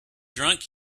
drunk